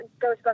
Ghostbusters